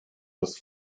das